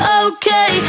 okay